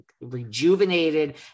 rejuvenated